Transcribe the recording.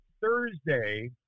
Thursday –